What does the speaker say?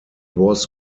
was